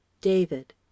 David